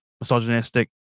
misogynistic